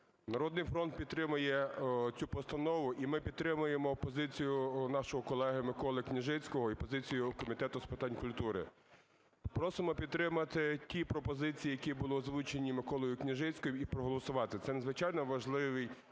"Народний фронт" підтримує цю постанову. І ми підтримуємо позицію нашого колеги Миколи Княжицького і позицію Комітету з питань культури. Просимо підтримати ті пропозиції, які були озвучені Миколою Княжицьким і проголосувати. Це надзвичайно важливе